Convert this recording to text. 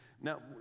Now